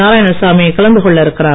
நாராயணசாமி கலந்து கொள்ள இருக்கிறார்